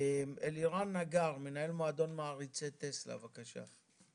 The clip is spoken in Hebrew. אלירן נגר, מנהל מועדון מעריצי טסלה, בבקשה.